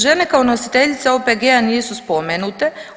Žene kao nositeljice OPG-a nisu spomenute.